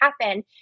happen